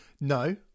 no